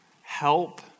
help